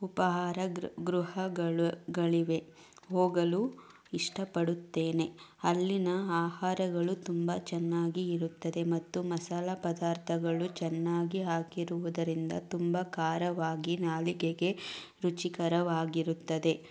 ಉಪಾಹಾರ ಗೃಹಗಳು ಗಳಿವೆ ಹೋಗಲು ಇಷ್ಟಪಡುತ್ತೇನೆ ಅಲ್ಲಿನ ಆಹಾರಗಳು ತುಂಬ ಚೆನ್ನಾಗಿ ಇರುತ್ತದೆ ಮತ್ತು ಮಸಾಲೆ ಪದಾರ್ಥಗಳು ಚೆನ್ನಾಗಿ ಹಾಕಿರುವುದರಿಂದ ತುಂಬ ಖಾರವಾಗಿ ನಾಲಿಗೆಗೆ ರುಚಿಕರವಾಗಿರುತ್ತದೆ